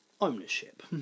Ownership